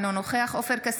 אינו נוכח עופר כסיף,